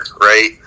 right